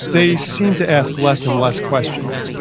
they seem to ask less and less questions.